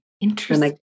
Interesting